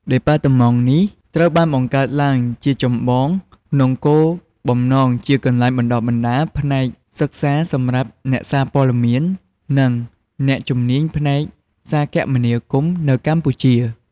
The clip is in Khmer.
ដេប៉ាតឺម៉ង់នេះត្រូវបានបង្កើតឡើងជាចម្បងក្នុងគោលបំណងជាកន្លែងបណ្ដុះបណ្ដាលផ្នែកសិក្សាសម្រាប់ អ្នកសារព័ត៌មាន និង អ្នកជំនាញផ្នែកសារគមនាគមន៍ នៅកម្ពុជា។